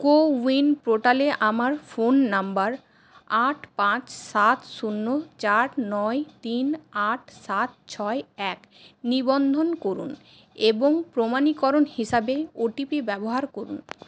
কো win পোর্টালে আমার phone নম্বর আট পাঁচ সাত শূন্য চার নয় তিন আট সাত ছয় এক নিবন্ধন করুন এবং প্রমাণীকরণ হিসাবে ওটিপি ব্যবহার করুন